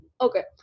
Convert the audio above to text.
okay